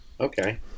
okay